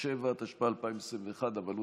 התשפ"א 2021, התקבלה